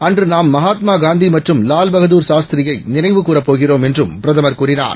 அன்றுநாம்மகாத்மாகாந்திமற்றும் லால்பகதூர்சாஸ்திரியைநினைவுகூறப்போகிறோம்என்றும்பி ரதமர்கூறினார்